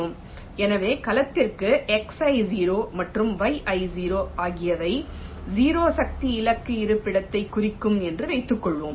எனவே கலத்திற்கு xi0 மற்றும் yi0 ஆகியவை 0 சக்தி இலக்கு இருப்பிடத்தைக் குறிக்கும் என்று வைத்துக் கொள்வோம்